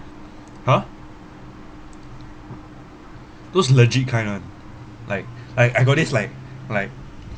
!huh! those legit kind one like like I got this like like